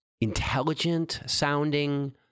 intelligent-sounding